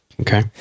Okay